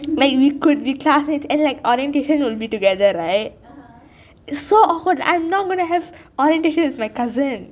like we could be classmates and like orientation will be together right it is so awkward I am not going to have orientation with my cousin